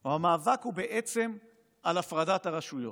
או המאבק הוא בעצם על הפרדת הרשויות?